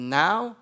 now